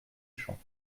champs